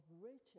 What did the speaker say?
Rachel